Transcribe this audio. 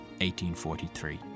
1843